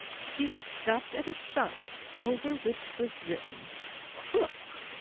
she had stopped at a shop over which was written krook,